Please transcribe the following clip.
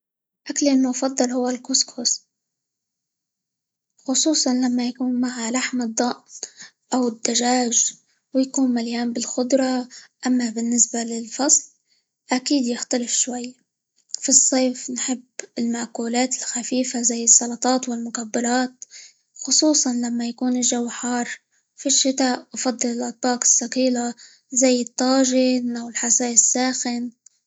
أكلي المفضل هو الكسكس، خصوصًا لما يكون مع لحم الضأن، أو الدجاج، ويكون مليان بالخضرة، أما بالنسبة للفصل أكيد يختلف شوية، في الصيف نحب المأكولات الخفيفة، زي السلطات، والمقبلات خصوصًا لما يكون الجو حار، في الشتاء أفضل الأطباق الثقيلة زي الطاجن، أو الحساء الساخن.